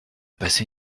passer